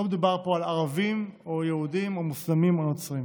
לא מדובר פה על ערבים או יהודים או מוסלמים או נוצרים.